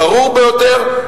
הברור ביותר,